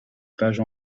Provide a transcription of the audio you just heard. page